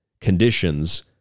conditions